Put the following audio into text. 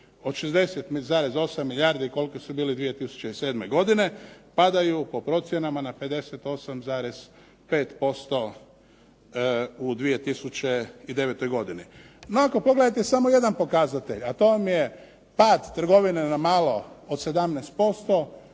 od 60,8 milijardi koliko su bili 2007. godine padaju po procjenama na 58,5% u 2009. godini. No, ako pogledate samo jedan pokazatelj a to vam je pad trgovine na malo od 17%